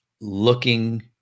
looking